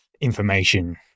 information